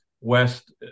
West